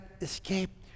escape